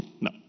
no